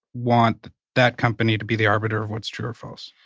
want that company to be the arbiter of what's true or false.